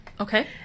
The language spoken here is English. Okay